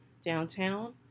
downtown